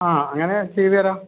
ആ അങ്ങനെ ചെയ്തുതരാം